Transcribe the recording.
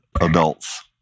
adults